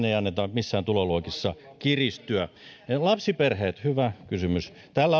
ei anneta missään tuloluokissa kiristyä lapsiperheet hyvä kysymys täällä